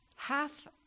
Half